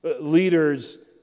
Leaders